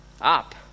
up